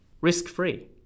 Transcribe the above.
Risk-free